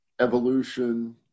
evolution